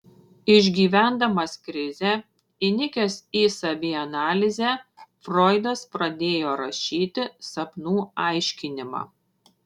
išgyvendamas krizę įnikęs į savianalizę froidas pradėjo rašyti sapnų aiškinimą